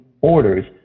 orders